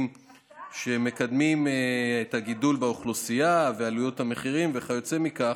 שמקדמים את הגידול באוכלוסייה ועלויות המחירים וכיוצא בכך.